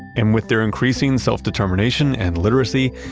and with their increasing self-determination and literacy,